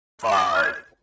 Five